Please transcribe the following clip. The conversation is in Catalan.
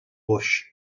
boix